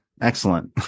Excellent